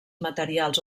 materials